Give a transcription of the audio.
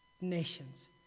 nations